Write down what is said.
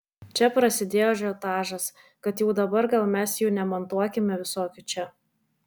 čia prasidėjo ažiotažas kad jau dabar gal mes jų nemontuokime visokių čia